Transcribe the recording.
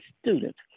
students